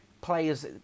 Players